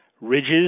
ridges